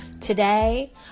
Today